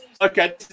okay